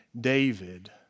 David